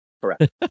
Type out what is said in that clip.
correct